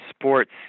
sports